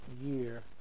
year